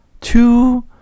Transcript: Two